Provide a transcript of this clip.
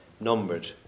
numbered